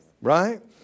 right